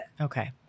Okay